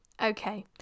Okay